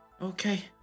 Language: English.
Okay